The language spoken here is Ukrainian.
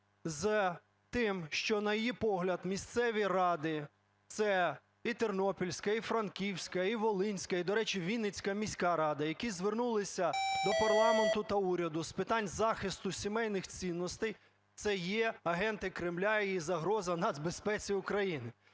з тим, що, на її погляд, місцеві ради – це і Тернопільська, і Франківська, і Волинська, і, до речі, Вінницька міська рада, які звернулися до парламенту та уряду з питань захисту сімейних цінностей, – це є агенти Кремля і є загроза нацбезпеці України.